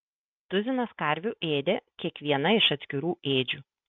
tuzinas karvių ėdė kiekviena iš atskirų ėdžių